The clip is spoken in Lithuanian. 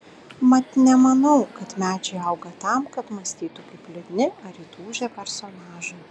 mat nemanau kad medžiai auga tam kad mąstytų kaip liūdni ar įtūžę personažai